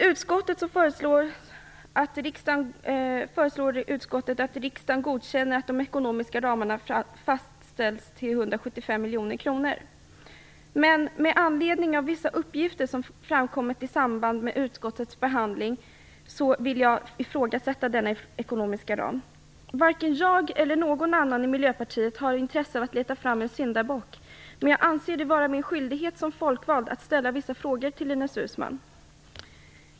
Utskottet föreslår att riksdagen godkänner att de ekonomiska ramarna fastställs till 175 miljoner kronor. Med anledning av vissa uppgifter som framkommit i samband med utskottets behandling vill jag ifrågasätta denna ekonomiska ram. Varken jag eller någon annan i Miljöpartiet har intresse av att leta fram en syndabock. Men jag anser det vara min skyldighet som folkvald att ställa vissa frågor till Ines Uusmann.